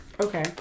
Okay